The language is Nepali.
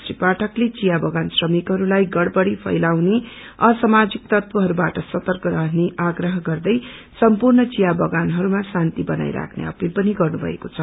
श्री पाठकले चिया बगान श्रमिहरूलाई गड़बड़ी फलाउने असामाजिक ततवहरूबाट सर्तक रहने आग्रह गर्दै सम्पूर्ण चिया बगानहरूमा शान्ति बनाई राख्ने अपील पनि गर्नुभएको छ